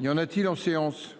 Il y en a-t-il en séance.